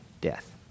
death